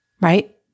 right